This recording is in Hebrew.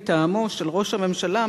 מטעמו של ראש הממשלה,